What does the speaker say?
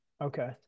Okay